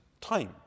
time